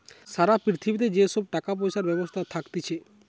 সারা পৃথিবীতে যে সব টাকা পয়সার ব্যবস্থা থাকতিছে